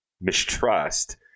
mistrust